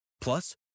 Plus